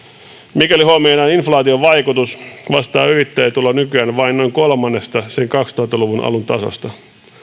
mikäli huomioidaan inflaation vaikutus vastaa yrittäjätulo nykyään vain noin kolmannesta sen kaksituhatta luvun alun tasosta